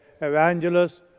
evangelists